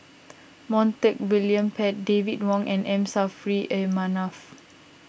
Montague William Pett David Wong and M Saffri A Manaf